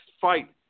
fight